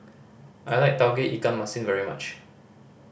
I like Tauge Ikan Masin very much